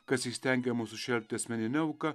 kas įstengia mus sušelpti asmenine auka